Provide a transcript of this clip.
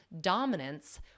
dominance